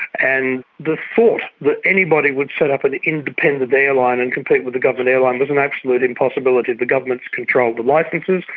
and the thought that anybody would set up an independent airline and compete with the government airline was an absolute impossibility. the governments controlled the licences,